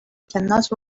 cannot